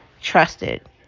trusted